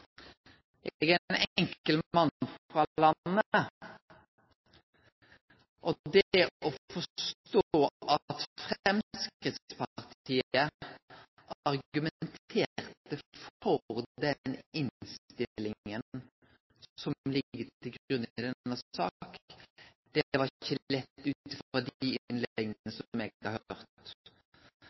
Eg er ein enkel mann frå landet, og det å forstå at Framstegspartiet argumenterte for den innstillinga som ligg til grunn i denne saka, var ikkje lett ut frå dei innlegga som eg har høyrt.